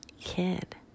kid